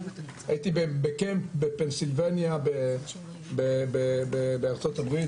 הייתי בקמפ בפנסילבניה בארצות הברית,